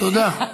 תודה.